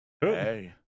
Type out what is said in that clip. Hey